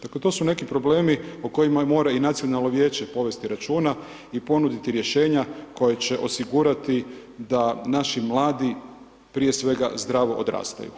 Dakle, to su neki problemi o kojima mora i nacionalno vijeće povesti računa i ponuditi rješenja koje će osigurati da naši mladi, prije svega, zdravo odrastaju.